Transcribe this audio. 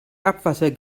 abwasser